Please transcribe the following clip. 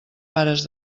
pares